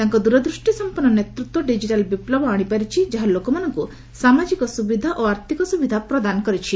ତାଙ୍କ ଦୂରଦୃଷ୍ଟି ସମ୍ପନ୍ନ ନେତୃତ୍ୱ ଡିକିଟାଲ ବିପ୍ଲବ ଆଶିପାରିଛି ଯାହା ଲୋକମାନଙ୍କୁ ସାମାଜିକ ସୁବିଧା ଓ ଆର୍ଥିକ ସୁବିଧା ପ୍ରଦାନ କରିଛି